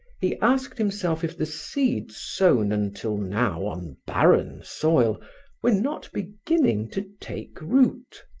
he asked himself if the seeds sown until now on barren soil were not beginning to take root.